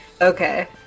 okay